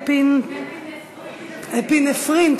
אפינפרין.